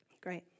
Great